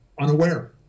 unaware